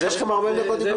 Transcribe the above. אז יש לכם 40 דקות דיבור.